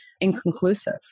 inconclusive